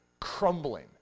crumbling